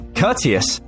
courteous